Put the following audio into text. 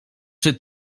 czy